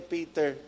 Peter